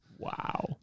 Wow